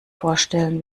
vorstellen